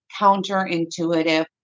counterintuitive